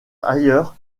ailleurs